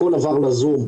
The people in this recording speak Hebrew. הכול עבר לזום,